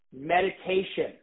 meditation